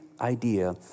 idea